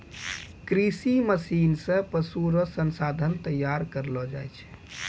कृषि मशीन से पशु रो संसाधन तैयार करलो जाय छै